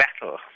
battle